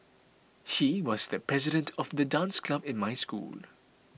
he was the president of the dance club in my school